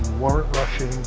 weren't rushing,